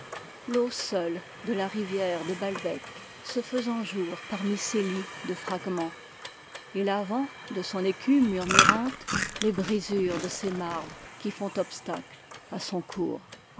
l'eau seule de la rivière de balbek se faisant jour parmi ces lits de fragmens et lavant de son écume murmurante les brisures de ces marbres qui font obstacle à son cours